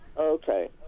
Okay